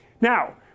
Now